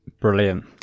Brilliant